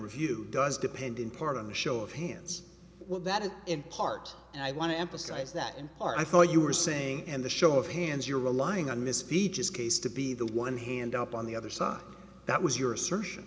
review does depend in part of the show of hands well that is in part and i want to emphasize that in part i thought you were saying in the show of hands you're relying on misfeatures case to be the one hand up on the other side that was your assertion